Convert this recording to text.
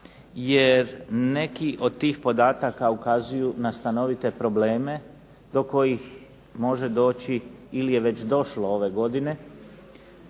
jer neki od tih podataka ukazuju na stanovite probleme do kojih može doći ili je već došlo ove godine,